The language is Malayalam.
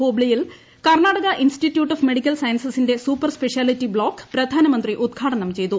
ഹൂബ്ലിയിൽ കർണ്ണാടക ഇൻസ്റ്റിറ്റ്യൂട്ട് ഓഫ് മെഡിക്കൽ സയൻസസിന്റെ സൂപ്പർ സ്പെഷ്യാലിറ്റി ബ്ലോക്ക് പ്രധാനമന്ത്രി ഉദ്ഘാടനം ചെയ്തു